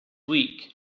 week